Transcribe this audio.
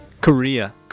Korea